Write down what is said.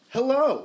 Hello